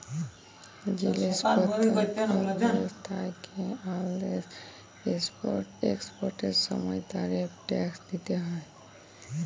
জিলিস পত্তর কল দ্যাশ থ্যাইকে অল্য দ্যাশে ইম্পর্ট এক্সপর্টের সময় তারিফ ট্যাক্স দ্যিতে হ্যয়